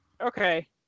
Okay